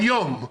היום,